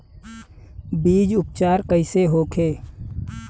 बीज उपचार कइसे होखे?